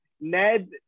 Ned